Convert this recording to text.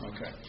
Okay